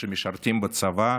שמשרתים בצבא,